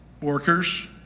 workers